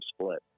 split